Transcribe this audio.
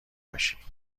باشی